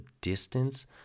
distance